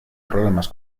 problemas